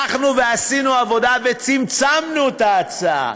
הלכנו ועשינו עבודה וצמצמנו את ההצעה,